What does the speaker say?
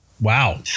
Wow